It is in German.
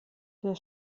der